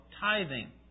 tithing